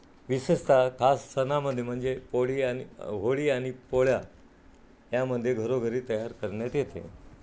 विशेषतः खास सणामध्ये म्हणजे पोळी आणि होळी आणि पोळ्या यामध्ये घरोघरी तयार करण्यात येते